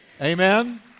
Amen